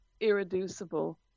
irreducible